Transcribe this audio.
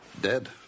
dead